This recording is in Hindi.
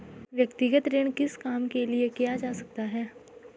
व्यक्तिगत ऋण किस काम के लिए किया जा सकता है?